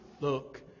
Look